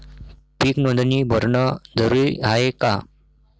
पीक नोंदनी भरनं जरूरी हाये का?